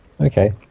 okay